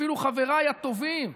אפילו חבריי הטובים,